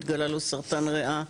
התגלה לו סרטן ריאה,